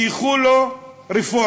שייכו לו רפורמה: